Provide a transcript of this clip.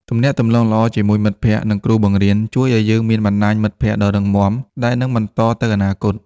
ទំនាក់ទំនងល្អជាមួយមិត្តភក្តិ និងគ្រូបង្រៀនជួយឲ្យយើងមានបណ្តាញមិត្តភក្តិដ៏រឹងមាំដែលនឹងបន្តទៅអនាគត។